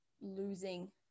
losing